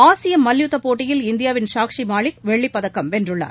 ஆசிய மல்யுத்த போட்டியில் இந்தியாவின் சாக்ஷி மாலிக் வெள்ளிப்பதக்கம் வென்றுள்ளார்